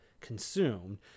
consumed